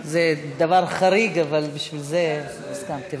זה דבר חריג, אבל בשביל זה הסכמתי.